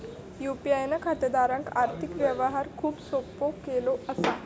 UPI ना खातेदारांक आर्थिक व्यवहार खूप सोपो केलो असा